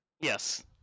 Yes